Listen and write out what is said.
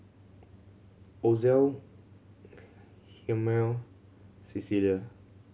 Ozell Hjalmer Cecelia